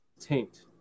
taint